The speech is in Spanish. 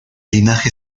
linaje